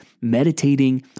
meditating